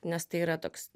nes tai yra toks